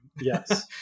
Yes